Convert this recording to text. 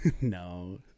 no